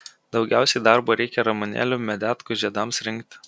daugiausiai darbo reikia ramunėlių medetkų žiedams rinkti